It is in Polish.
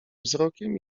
wzrokiem